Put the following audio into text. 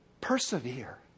Persevere